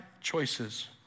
choices